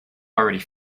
already